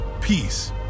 Peace